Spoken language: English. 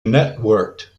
networked